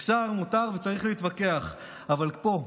אפשר, מותר וצריך להתווכח, אבל פה,